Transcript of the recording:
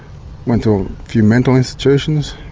went to a few mental institutions.